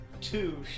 two